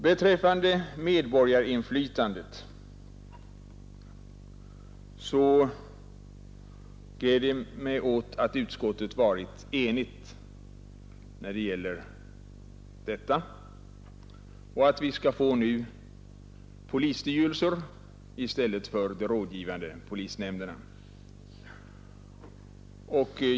Jag gläder mig åt att utskottet varit enigt beträffande medborgarinflytandet och att vi nu skall få beslutande polisstyrelser i stället för de rådgivande polisnämnderna.